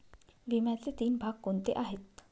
विम्याचे तीन भाग कोणते आहेत?